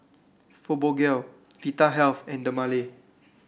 Fibogel Vitahealth and Dermale